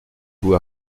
vous